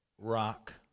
rock